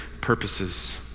purposes